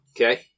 okay